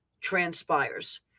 transpires